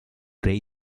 ray